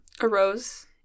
Arose